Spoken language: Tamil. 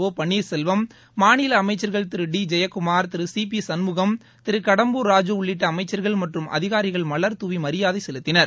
ஒ பள்ளீர் செல்வம் மாநில அமைச்சர்கள் Thiru D Jayakumar Thiru C P Shanmugam Thiru Kadambur Raju உள்ளிட்ட அமைச்சர்கள் மற்றும் அதிகாரிகள் மலர்தூவி மரியாதை செலுத்தினர்